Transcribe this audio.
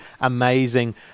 amazing